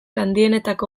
handienetako